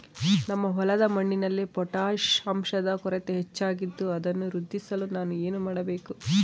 ನಮ್ಮ ಹೊಲದ ಮಣ್ಣಿನಲ್ಲಿ ಪೊಟ್ಯಾಷ್ ಅಂಶದ ಕೊರತೆ ಹೆಚ್ಚಾಗಿದ್ದು ಅದನ್ನು ವೃದ್ಧಿಸಲು ಏನು ಮಾಡಬೇಕು?